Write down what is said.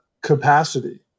capacity